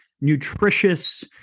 nutritious